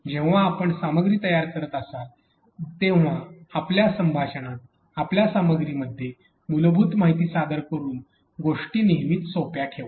जेव्हा आपण सामग्री तयार करत असाल तेव्हा आपल्या संभाषणात आपल्या सामग्रीमध्ये मूलभूत माहिती सादर करून गोष्टी नेहमीच सोप्या ठेवा